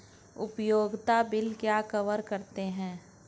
उपयोगिता बिल क्या कवर करते हैं?